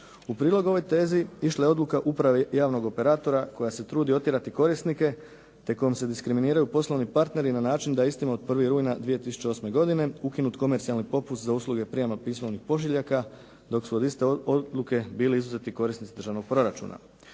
U prilog ovoj tezi išla je odluka upravi javnog operatora koja se trudi otjerati korisnike, te kojom se diskriminiraju poslovni partneri na način da je istim od 1. rujna 2008. godine ukinut komercijalni popust za usluge prijema pismovnih pošiljaka dok su od iste odluke bili izuzeti korisnici državnog proračuna.